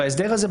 וההסדר הזה,